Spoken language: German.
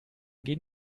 gehen